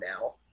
now